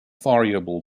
variable